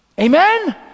Amen